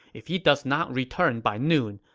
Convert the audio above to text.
if he does not return by noon,